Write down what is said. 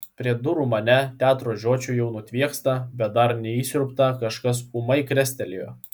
prie durų mane teatro žiočių jau nutviekstą bet dar neįsiurbtą kažkas ūmai krestelėjo